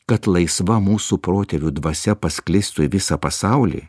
kad laisva mūsų protėvių dvasia pasklistų į visą pasaulį